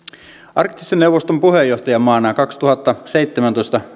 arktisen neuvoston puheenjohtajamaana kaksituhattaseitsemäntoista